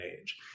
age